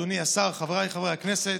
אדוני השר, חבריי חברי הכנסת,